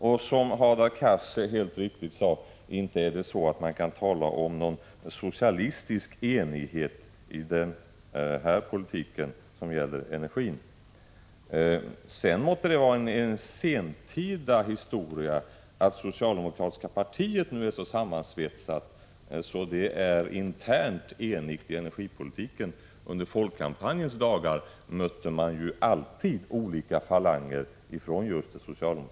Och, som Hadar Cars helt riktigt sade, inte kan man tala om någon socialistisk enighet när det gäller energipolitiken! Det måtte vara en sentida historia att det socialdemokratiska partiet nu är så sammansvetsat att det internt är enigt om energipolitiken. Under folkom röstningens dagar mötte man ju alltid olika falanger från just det socialdemo = Prot.